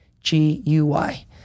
G-U-Y